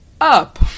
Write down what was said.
up